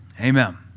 Amen